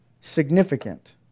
significant